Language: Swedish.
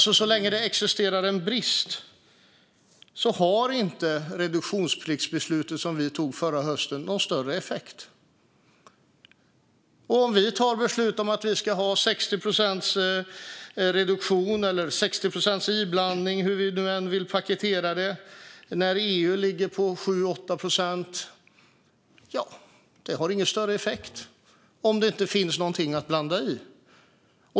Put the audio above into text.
Så länge det existerar en brist har inte reduktionspliktsbeslutet som vi tog förra hösten någon större effekt. Om vi tar beslut om att vi ska ha 60 procents reduktion eller 60 procents inblandning - hur vi nu vill paketera det - när EU ligger på 7-8 procent har det ingen större effekt om det inte finns någonting att blanda i.